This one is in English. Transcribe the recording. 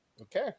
Okay